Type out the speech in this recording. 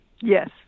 Yes